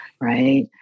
right